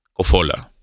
Kofola